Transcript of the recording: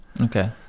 okay